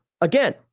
again